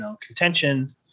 contention